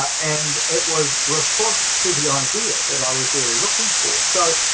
and it was response to the idea that i was really looking for. so,